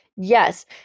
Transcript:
Yes